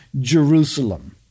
Jerusalem